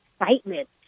excitement